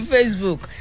Facebook